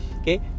okay